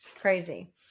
crazy